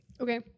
Okay